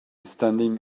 standing